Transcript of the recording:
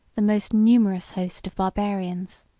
the most numerous host of barbarians.